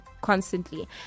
constantly